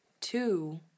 Two